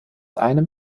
einem